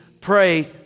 pray